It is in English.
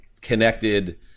connected